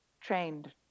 trained